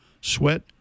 sweat